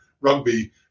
rugby